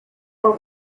what